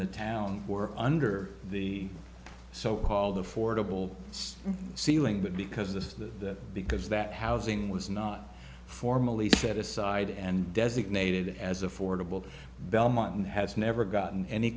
the town were under the so called the fordable ceiling but because this is that because that housing was not formally set aside and designated as affordable belmont has never gotten any